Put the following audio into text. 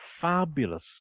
fabulous